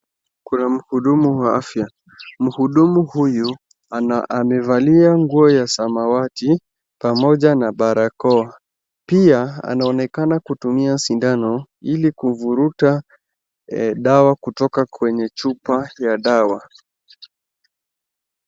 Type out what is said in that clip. Kuna mhudumu wa afya. Mhudumu huyu amevalia nguo ya samawati pamoja na barakoa. Pia anaonekana kutumia sindano ili ili kuvuruta dawa kutoka kwenye chupa ya dawa.